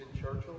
Churchill